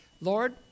Lord